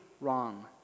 wrong